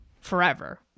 forever